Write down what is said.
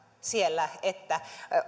siellä että